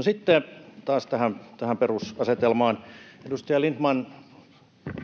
sitten taas tähän perusasetelmaan: Edustaja Lindtman